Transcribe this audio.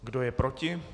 Kdo je proti?